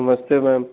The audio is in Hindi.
नमस्ते मैम